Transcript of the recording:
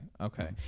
okay